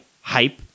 hype